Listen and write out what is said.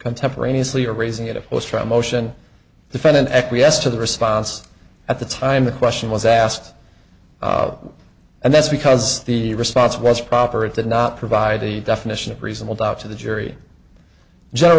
contemporaneously or raising it it was from motion defendant acquiesced to the response at the time the question was asked and that's because the response was proper it did not provide the definition of reasonable doubt to the jury